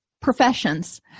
professions